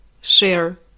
share